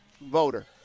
voter